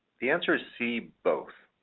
the answer is c. both.